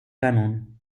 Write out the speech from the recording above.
canon